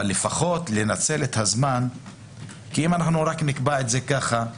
לפחות לנצל את הזמן כי אם רק נקבע את זה ככה,